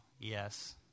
yes